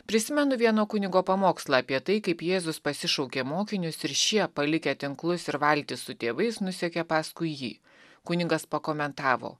prisimenu vieno kunigo pamokslą apie tai kaip jėzus pasišaukė mokinius ir šie palikę tinklus ir valtis su tėvais nusekė paskui jį kunigas pakomentavo